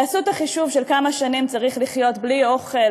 תעשו את החישוב כמה שנים צריך לחיות בלי אוכל,